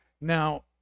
Now